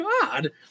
God